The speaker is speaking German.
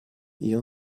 ihr